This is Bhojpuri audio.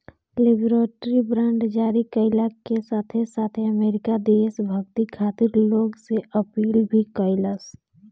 लिबर्टी बांड जारी कईला के साथे साथे अमेरिका देशभक्ति खातिर लोग से अपील भी कईलस